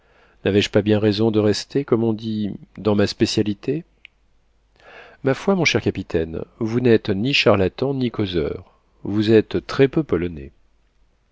n'avais-je pas bien raison de rester comme on dit dans ma spécialité ma foi mon cher capitaine vous n'êtes ni charlatan ni causeur vous êtes très-peu polonais